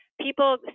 People